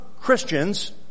Christians